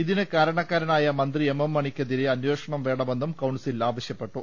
ഇതിനു കാരണക്കാരനായ മന്ത്രി എം എം മണിക്ക് എതിരെ അന്വേഷണം വേണമെന്നും കൌൺസിൽ ആവശ്യപ്പെട്ടു